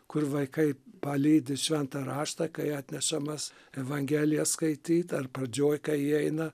kur vaikai palydi šventą raštą kai atnešamas evangelija skaityt ar pradžioj kai įeina